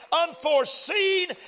unforeseen